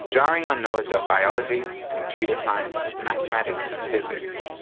drawing on knowledge of biology, computer science, mathematics and physics,